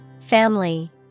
Family